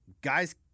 guys